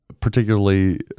particularly